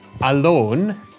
alone